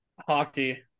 hockey